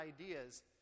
ideas